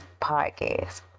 podcast